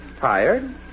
Tired